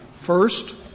First